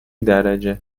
درجه